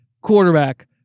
quarterback